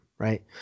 Right